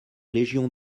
légion